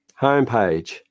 homepage